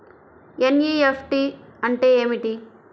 NEFT అంటే ఏమిటి?